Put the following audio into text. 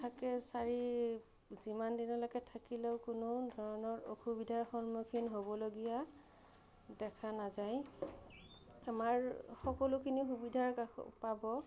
চাৰি যিমান দিনলৈকে থাকিলেও কোনো ধৰণৰ অসুবিধাৰ সন্মুখীন হ'বলগীয়া দেখা নাযায় আমাৰ সকলোখিনি সুবিধা পাব